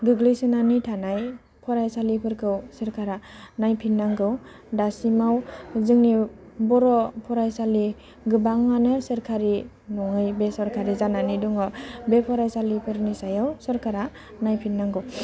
गोग्लैसोनानै थानाय फरायसालिफोरखौ सोरखारा नायफिननांगौ दासिमाव जोंनि बर' फरायसालि गोबाङानो सोरखारि नङै बेसरखारि जानानै दङ बे फरायसालिफोरनि सायाव सरकारा नायफिननांगौ